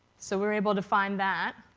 so we were able to find that.